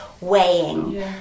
weighing